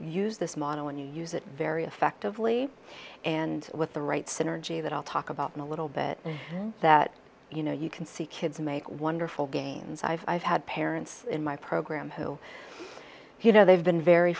use this model when you use it very effectively and with the right synergy that i'll talk about in a little bit that you know you can see kids make wonderful gains i've had parents in my program who you know they've been very